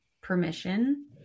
permission